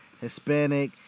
Hispanic